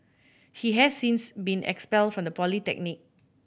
he has since been expelled from the polytechnic